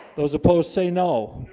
those opposed say no